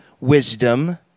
wisdom